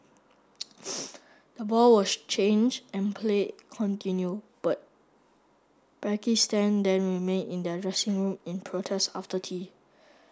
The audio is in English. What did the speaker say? the ball was changed and play continue but Pakistan then remain in their dressing room in protest after tea